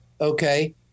okay